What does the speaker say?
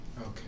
Okay